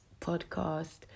podcast